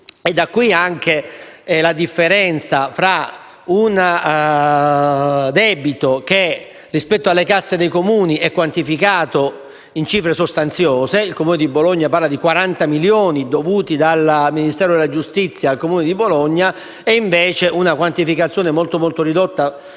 scaturisce anche la differenza fra un debito che, rispetto alle casse dei Comuni, è quantificato in cifre sostanziose (il comune di Bologna parla di 40 milioni dovuti dal Ministero della giustizia) e una quantificazione molto ridotta